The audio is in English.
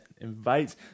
invites